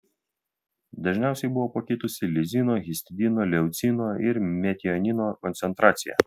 dažniausiai buvo pakitusi lizino histidino leucino ir metionino koncentracija